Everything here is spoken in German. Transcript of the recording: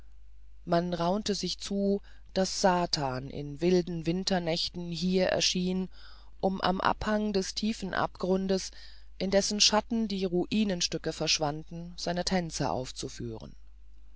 man raunte sich zu daß satan in wilden winternächten hier erschien um am abhang des tiefen abgrundes in dessen schatten die ruinenstücke verschwanden seine tänze aufzuführen